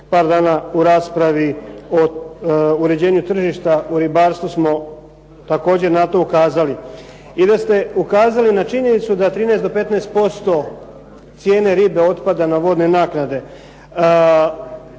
par dana u raspravi o uređenju tržišta u ribarstvu smo također na to ukazali. I da ste ukazali na činjenicu da 13 do 15% cijene ribe otpada na vodne naknade.